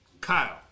Kyle